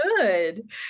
good